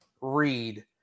read